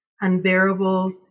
unbearable